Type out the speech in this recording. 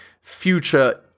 future